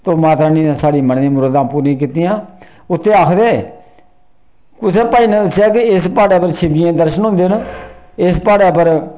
ते माता रानी ने साढ़े मनै दियां मुरादां पूरियां कीतियां उत्थे आखदे कुसै भाई ने दस्सेआ इस प्हाड़े उप्पर शिवजी दे दर्शन होंदे न इस प्हाड़ै पर